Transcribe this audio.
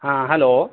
ہاں ہلو